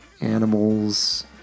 animals